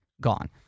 gone